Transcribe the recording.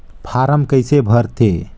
Form कइसे भरते?